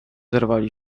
zerwali